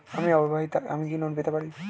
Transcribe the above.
আমি অবিবাহিতা আমি কি লোন পেতে পারি?